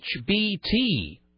HBT